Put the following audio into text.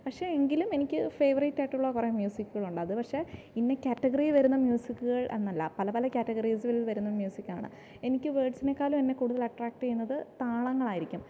പഷേ എങ്കിലും എനിക്ക് ഫേവറേറ്റ് ആയിട്ടുള്ള കുറെ മ്യൂസിക്കുകൾ ഉണ്ട് അത് പക്ഷേ ഇന്നാ ക്യാറ്റഗറിയിൽ വരുന്ന മ്യൂസിക്ക് എന്നല്ല പല പല ക്യാറ്റഗറീസിൽ വരുന്ന മ്യൂസിക്കാണ് എനിക്ക് വേർഡ്സിനേക്കാളും എന്നെ കൂടുതൽ അട്രാക്റ് ചെയ്യുന്നത് താളങ്ങളായിരിക്കും